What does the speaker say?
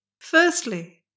Firstly